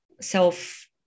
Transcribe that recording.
self